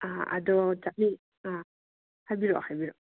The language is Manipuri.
ꯑꯗꯣ ꯆꯠꯃꯤꯟ ꯑꯥ ꯍꯥꯏꯕꯤꯔꯛꯑꯣ ꯍꯥꯏꯕꯤꯔꯛꯑꯣ